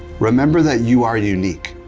remember that you are unique,